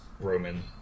Roman